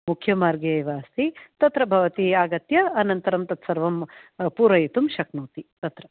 मार्गे एव अस्ति तत्र भवती आगत्य अनन्तरं तत् सर्वं पूरयितुं शक्नोति तत्र